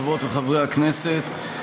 חברות וחברי הכנסת,